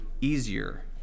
easier